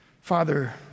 Father